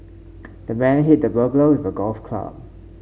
the man hit the burglar with a golf club